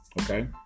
okay